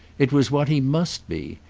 it was what he must be.